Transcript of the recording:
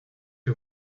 que